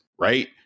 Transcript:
right